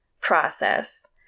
process